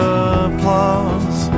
applause